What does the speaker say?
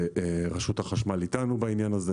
רשות החשמל איתנו בעניין הזה,